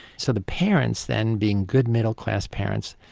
so the parents, then being good middle class parents,